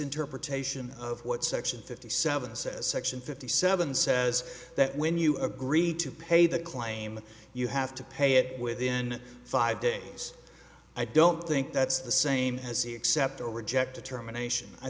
interpretation of what section fifty seven says section fifty seven says that when you agree to pay the claim you have to pay it within five days i don't think that's the same as he accept or reject the terminations i